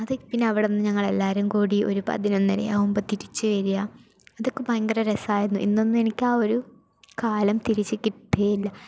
അത് പിന്നെ അവിടെ നിന്ന് ഞങ്ങളെല്ലാരും കൂടി ഒരു പതിനൊന്നരയാവുമ്പോൾ തിരിച്ച് വരുക ഇതൊക്കെ ഭയങ്കര രസമായിരുന്നു ഇന്നൊന്നും എനിക്ക് ആ ഒരു കാലം തിരിച്ച് കിട്ടുകയേ ഇല്ല